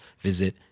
visit